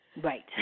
Right